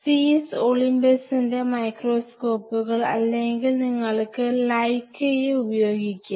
സീസ് ഒളിമ്പസിന്റെ മൈക്രോസ്കോപ്പുകൾ അല്ലെങ്കിൽ നിങ്ങൾക്ക് ലൈകയെ ഉപയോഗിക്കാം